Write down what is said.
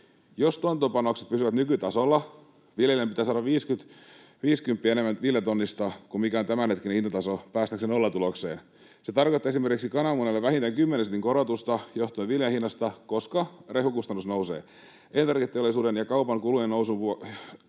Jos tuotantopanokset pysyvät nykytasolla, viljelijän pitää saada viisikymppiä enemmän viljatonnista kuin mikä on tämänhetkinen hintataso päästäkseen nollatulokseen. Se tarkoittaa esimerkiksi kananmunalle vähintään 10 sentin korotusta johtuen viljan hinnasta, koska rehukustannus nousee. Elintarviketeollisuuden ja kaupan kulujen nousun